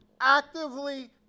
actively